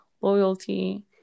loyalty